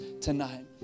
tonight